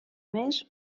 més